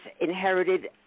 inherited